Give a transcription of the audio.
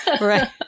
Right